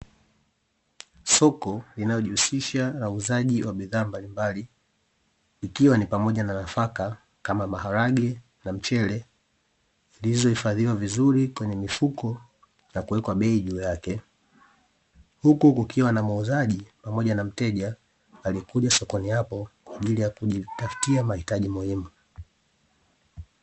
Soko linalojihusisha na uuzaji wa bidhaa mbalimbali ikiwa ni pamoja na nafaka kama maharage na mchele, zilizohifadhiwa vizuri kwenye mifuko na kuwekwa bei juu yake, huku kukiwa na muuzaji, pamoja na mteja aliyekuja sokoni hapo kwa ajili ya kujitafutia mahitaji muhimu.